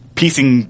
piecing